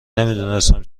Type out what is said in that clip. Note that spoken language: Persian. نمیدونستم